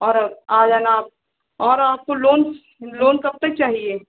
और आ जाना आप और आपको लोन लोन कब तक चाहिए